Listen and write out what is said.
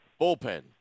Bullpen